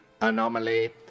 anomaly